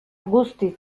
guztiz